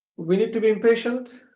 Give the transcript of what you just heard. we need to be patient,